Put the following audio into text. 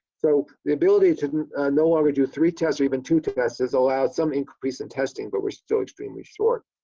so the ability to no longer do three tests or even two tests has allowed some increase in testing but we're still extremely short.